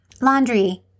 laundry